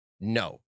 No